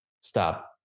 stop